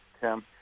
Tim